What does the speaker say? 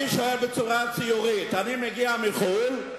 אני שואל בצורה ציורית: אני מגיע מחו"ל,